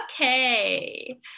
okay